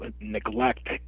neglect